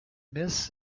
myths